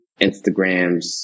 Instagrams